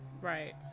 right